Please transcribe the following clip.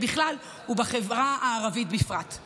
הוא אמר הרבה יותר גרוע מזה.